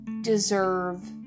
deserve